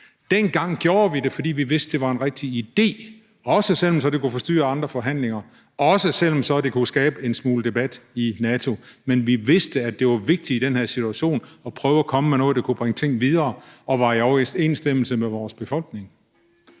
Dengang gjorde vi det, fordi vi vidste, det var en rigtig idé, også selv om det kunne forstyrre andre forhandlinger, og også selv om det kunne skabe en smule debat i NATO, men vi vidste, at det var vigtigt i den her situation at prøve at komme med noget, der kunne bringe ting videre og var i overensstemmelse med vores befolkning.